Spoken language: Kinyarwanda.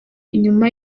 nyuma